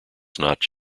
just